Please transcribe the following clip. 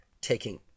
taking